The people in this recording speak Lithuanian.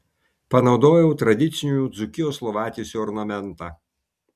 panaudojau tradicinių dzūkijos lovatiesių ornamentą